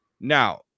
Now